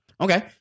Okay